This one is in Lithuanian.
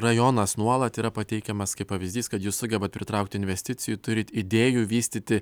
rajonas nuolat yra pateikiamas kaip pavyzdys kad jūs sugebat pritraukti investicijų turit idėjų vystyti